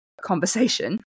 conversation